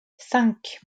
cinq